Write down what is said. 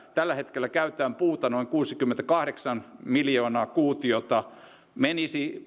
tällä hetkellä käytetään puuta noin kuusikymmentäkahdeksan miljoonaa kuutioita biopolttoaineisiin menisi